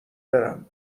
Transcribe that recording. برم